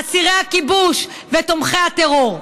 אסירי הכיבוש ותומכי הטרור.